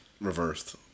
Reversed